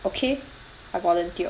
okay I volunteered